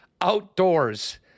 outdoors